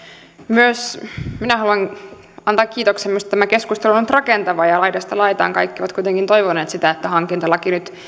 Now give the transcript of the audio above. myös minä haluan antaa kiitoksen minusta tämä keskustelu on ollut rakentava ja laidasta laitaan kaikki ovat kuitenkin toivoneet sitä että hankintalaki nyt